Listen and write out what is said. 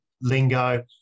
lingo